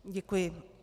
Děkuji.